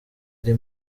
ari